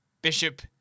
Bishop